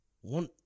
one